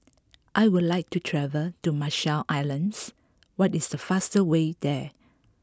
I would like to travel to Marshall Islands what is the fastest way there